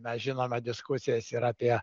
mes žinome diskusijas ir apie